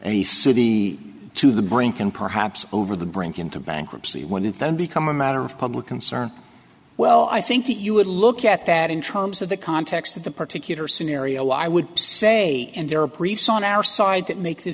any city to the brink and perhaps over the brink into bankruptcy when it then become a matter of public concern well i think that you would look at that interim so the context of the particular scenario i would say and there are briefs on our side that make